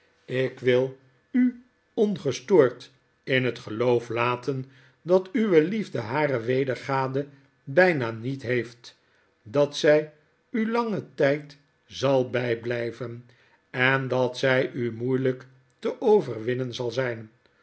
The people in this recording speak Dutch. ik wil u ongestoord in het geloof laten dat uwe liefde hare wedergade bijna niet heeft dat zij u langen tyd zal bijblyven en dat zy u moeielyk te overwinnen zal zijn